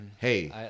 Hey